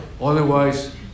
Otherwise